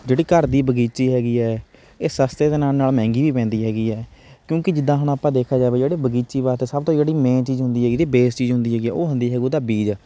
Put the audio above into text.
ਜਿਹੜੀ ਘਰ ਦੀ ਬਗੀਚੀ ਹੈਗੀ ਹੈ ਇਹ ਸਸਤੇ ਦੇ ਨਾਲ਼ ਨਾਲ਼ ਮਹਿੰਗੀ ਵੀ ਪੈਂਦੀ ਹੈਗੀ ਹੈ ਕਿਉਂਕੀ ਜਿੱਦਾਂ ਹੁਣ ਆਪਾਂ ਦੇਖਿਆ ਜਾਵੇ ਜਿਹੜੇ ਬਗੀਚੀ ਵਾਸਤੇ ਸਭ ਤੋਂ ਜਿਹੜੀ ਮੇਨ ਚੀਜ਼ ਹੁੰਦੀ ਹੈਗੀ ਬੇਸ ਚੀਜ਼ ਹੁੰਦੀ ਹੈਗੀ ਹੈ ਉਹ ਹੁੰਦੀ ਹੈ ਉਹਦਾ ਬੀਜ